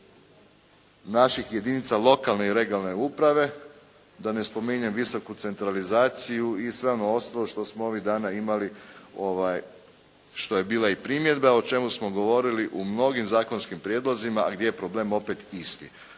naših jedinica lokalne i regionalne uprave, da ne spominjem visoku centralizaciju i sve ono ostalo što smo ovih dana imali, što je bila i primjedba o čemu smo govorili u mnogim zakonskim prijedlozima, a gdje je problem opet isti.